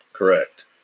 correct